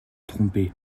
tromper